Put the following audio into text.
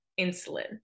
insulin